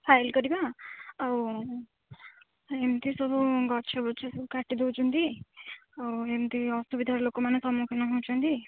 file କରିବା ଆଉ ଏମିତି ସବୁ ଗଛ ବୃଛ ସବୁ କାଟି ଦେଉଛନ୍ତି ଆଉ ଏମିତି ଅସୁବିଧାରେ ଲୋକମାନେ ସମ୍ମୁଖୀନ ହେଉଛନ୍ତି